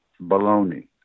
baloney